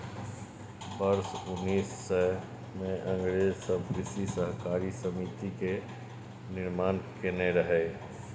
वर्ष उन्नैस सय मे अंग्रेज सब कृषि सहकारी समिति के निर्माण केने रहइ